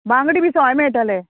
बांगडे बी सवाय मेळटले